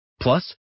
Plus